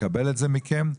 תקבל את זה מכם.